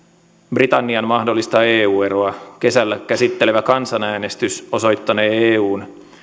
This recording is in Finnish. britannian mahdollista eu eroa kesällä käsittelevä kansanäänestys osoittanee eun